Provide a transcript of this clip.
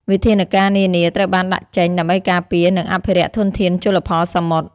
វិធានការនានាត្រូវបានដាក់ចេញដើម្បីការពារ និងអភិរក្សធនធានជលផលសមុទ្រ។